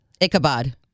Ichabod